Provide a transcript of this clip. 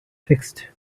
fixed